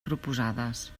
proposades